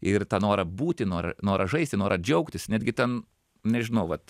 ir tą norą būti nor norą žaisti norą džiaugtis netgi ten nežinau vat